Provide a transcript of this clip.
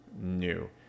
new